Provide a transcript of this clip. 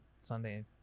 sunday